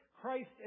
Christ